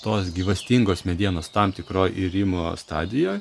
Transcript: tos gyvastingos medienos tam tikroj irimo stadijoj